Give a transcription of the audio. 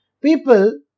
People